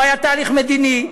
לא היה תהליך מדיני,